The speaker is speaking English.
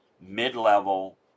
mid-level